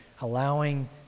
allowing